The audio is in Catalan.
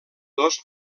dos